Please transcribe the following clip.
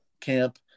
camp